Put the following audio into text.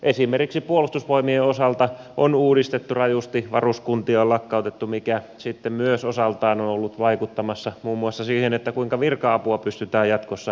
esimerkiksi puolustusvoimien osalta on uudistettu rajusti varuskuntia on lakkautettu mikä sitten myös osaltaan on ollut vaikuttamassa muun muassa siihen kuinka virka apua pystytään jatkossa antamaan